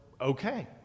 okay